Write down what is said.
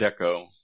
deco